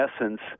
essence